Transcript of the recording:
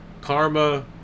karma